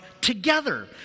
together